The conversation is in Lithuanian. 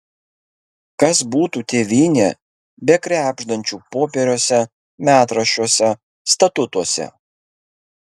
kas būtų tėvynė be krebždančių popieriuose metraščiuose statutuose